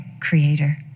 creator